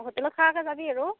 হোটেলত খোৱাকৈ যাবি আৰু